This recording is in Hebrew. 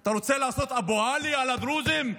אתה רוצה לעשות אבו עלי על הדרוזים?